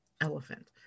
elephant